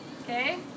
Okay